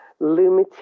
Lumity